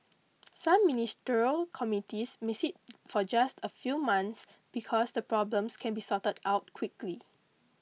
some ministerial committees may sit for just a few months because the problems can be sorted out quickly